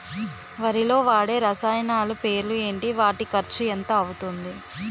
వరిలో వాడే రసాయనాలు పేర్లు ఏంటి? వాటి ఖర్చు ఎంత అవతుంది?